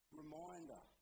reminder